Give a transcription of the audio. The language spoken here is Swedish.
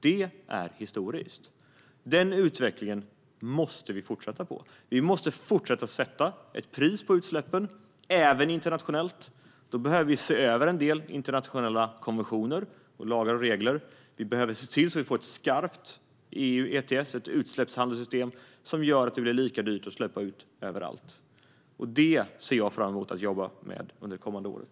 Det är historiskt. Den utvecklingen måste vi fortsätta med. Vi måste fortsätta att sätta ett pris på utsläppen, även internationellt. Då behöver vi se över en del internationella konventioner, lagar och regler. Vi behöver se till att vi får ett skarpt EU ETS, ett utsläppshandelssystem som gör att det blir lika dyrt att släppa ut överallt. Det ser jag fram emot att jobba med under det kommande året.